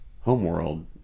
homeworld